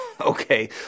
Okay